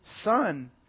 Son